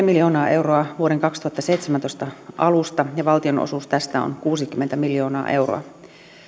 miljoonaa euroa vuoden kaksituhattaseitsemäntoista alusta ja valtion osuus tästä on kuusikymmentä miljoonaa euroa